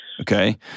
Okay